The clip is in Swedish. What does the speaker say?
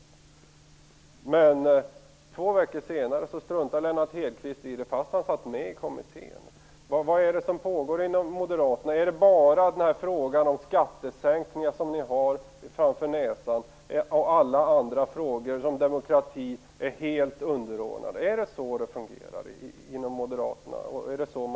Men två veckor senare struntar Lennart Hedquist i det, fastän han suttit med i kommittén. Vad är det som pågår inom Moderaterna? Är det bara frågan om skattesänkningar som ni har framför näsan, och alla andra frågor, t.ex. demokrati, är helt underordnade? Är det så man resonerar inom Moderaterna?